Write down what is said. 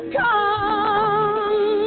come